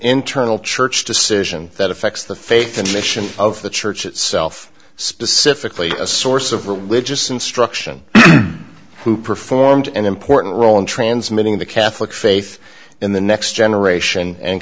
internal church decision that affects the faith and mission of the church itself specifically a source of religious instruction who performed an important role in transmitting the catholic faith in the next generation and